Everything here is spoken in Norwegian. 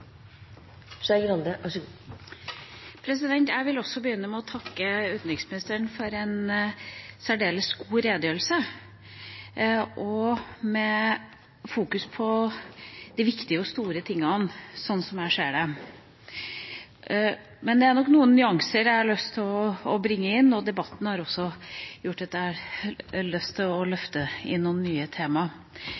Jeg vil også begynne med å takke utenriksministeren for en særdeles god redegjørelse, med fokus på de viktige og store tingene, slik jeg ser det. Men jeg har lyst til å bringe inn noen nyanser, og debatten har gjort at jeg også har lyst til å løfte inn noen nye tema.